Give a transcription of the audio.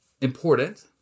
important